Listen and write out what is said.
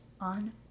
on